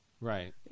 Right